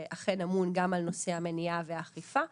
שאכן אמון גם על נושא המניעה והאכיפה,